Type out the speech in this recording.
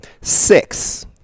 Six